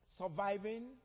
Surviving